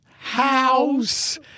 House